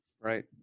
Right